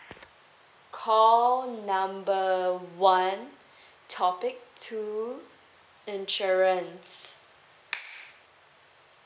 call number one topic two insurance